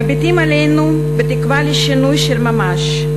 מביטים עלינו בתקווה לשינוי של ממש.